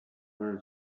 learn